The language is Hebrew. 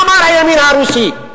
מה אמר הימין הרוסי?